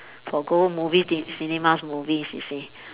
for go movies ci~ cinemas movies you see